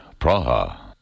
Praha